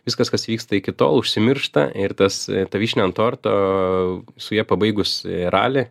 viskas kas vyksta iki tol užsimiršta ir tas ta vyšnia ant torto su ja pabaigus ralį